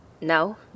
No